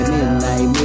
Midnight